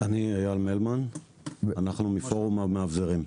אני מפורום המאבזרים.